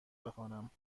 بخوانم